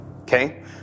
Okay